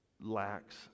lacks